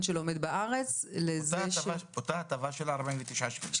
שלומד בארץ -- אותה הטבה של 49 שקלים.